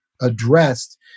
addressed